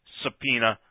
subpoena